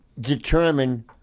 determine